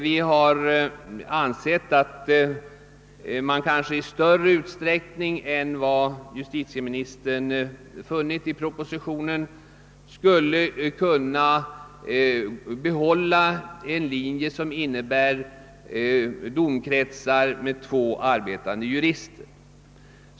Vi har ansett att man i större utsträckning än vad justitieministern menat i propositionen skulle kunna behålla domkretsar med två arbetande jurister.